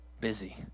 busy